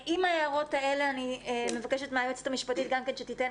עם ההערות האלה אני מבקשת מהיועצת המשפטית גם כן שתיתן